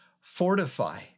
fortify